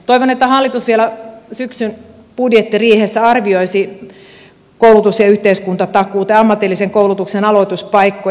toivon että hallitus vielä syksyn budjettiriihessä arvioisi koulutus ja yhteiskuntatakuuta ja ammatillisen koulutuksen aloituspaikkoja